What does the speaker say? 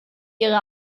ihre